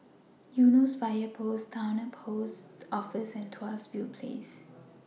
Eunos Fire Post Towner Post Office and Tuas View Place